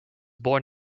born